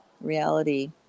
reality